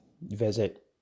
visit